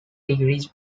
degree